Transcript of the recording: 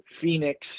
Phoenix